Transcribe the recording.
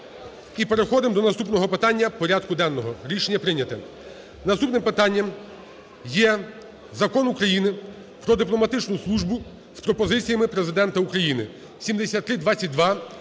переходимо до наступного питання порядку денного. Рішення прийнято. Наступним питанням є Закон України "Про дипломатичну службу" з пропозиціями Президента України (7322).